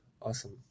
awesome